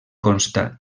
consta